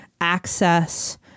access